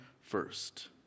first